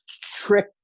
trick